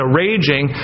raging